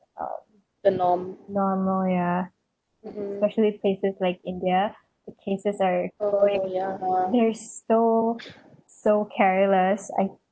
um normal ya especially places like india the cases are they're so so careless I